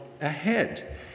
ahead